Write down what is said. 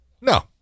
No